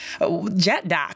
JetDoc